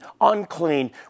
unclean